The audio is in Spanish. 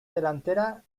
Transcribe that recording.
delantera